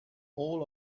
all